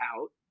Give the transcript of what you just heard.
out